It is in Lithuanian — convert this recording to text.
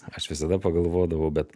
aš visada pagalvodavau bet